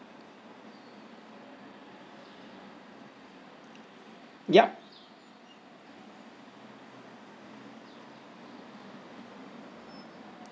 yup